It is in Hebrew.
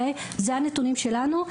אלו הנתונים שלנו.